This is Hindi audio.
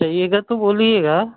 चाहियेगा तो बोलियेगा